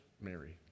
Mary